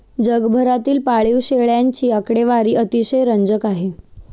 जगभरातील पाळीव शेळ्यांची आकडेवारी अतिशय रंजक आहे